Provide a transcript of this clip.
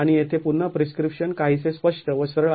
आणि येथे पुन्हा प्रिस्क्रिप्शन काहीसे स्पष्ट व सरळ आहे